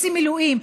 עושים מילואים,